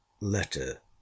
letter